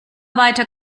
weiter